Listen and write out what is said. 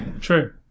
True